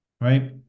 Right